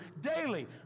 daily